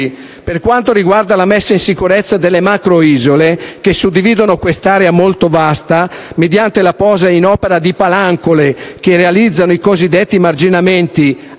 Per quanto riguarda la messa in sicurezza delle macroisole, che suddividono quest'area molto vasta mediante la posa in opera di palancole che realizzano i cosiddetti marginamenti